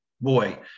boy